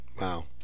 Wow